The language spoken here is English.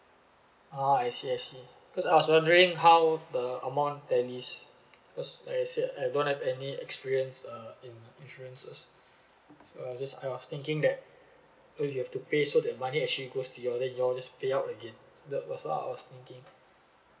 ah I see I see because I was wondering how the amount tallies cause like I said ah I don't have any experience uh in uh insurances uh just I was thinking that oh you have to pay so that money actually goes to you all then you all just pay out again that was what I was thinking